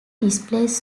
displays